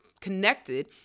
connected